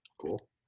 Cool